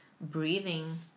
breathing